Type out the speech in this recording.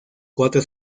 cuatro